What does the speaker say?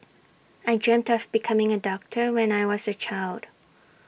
I dreamt of becoming A doctor when I was A child